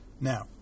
Now